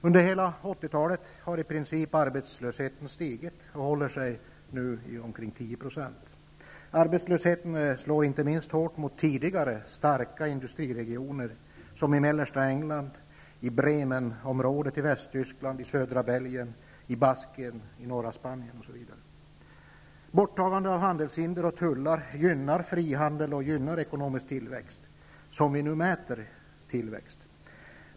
Arbetslösheten har stigit i princip under hela 80 talet och håller sig nu omkring 10 %. Arbetslösheten slår inte minst hårt mot tidigare starka industriregioner i mellersta England, i Borttagandet av handelshinder och tullar gynnar frihandel och ekonomisk tillväxt, som vi nu mäter tillväxt.